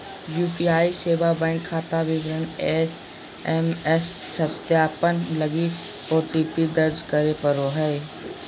UPI सेवा bank खाता विवरण एस.एम.एस सत्यापन लगी ओ.टी.पी दर्ज करे पड़ो हइ